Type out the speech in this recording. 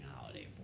holiday